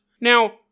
Now